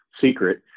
secret